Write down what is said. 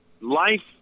life